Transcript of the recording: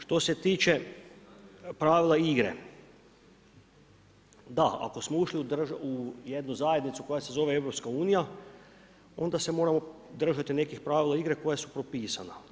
Što se tiče pravila igre, da, ako smo ušli u jednu zajednicu koja se zove EU, onda se moramo držati nekih pravila igre koja su propisana.